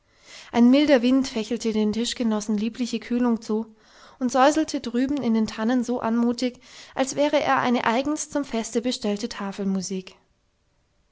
ein milder wind fächelte den tischgenossen liebliche kühlung zu und säuselte drüben in den tannen so anmutig als wäre er eine eigens zum feste bestellte